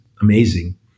amazing